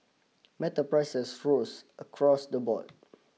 metal prices rose across the board